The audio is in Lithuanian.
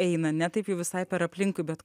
eina ne taip jau visai per aplinkui bet